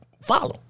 follow